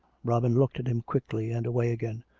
robin looked at him quickly, and away again.